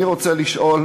אני רוצה לשאול,